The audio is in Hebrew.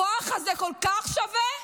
הכוח הזה כל כך שווה?